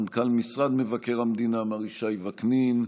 מנכ"ל משרד מבקר המדינה מר ישי וקנין,